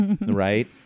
right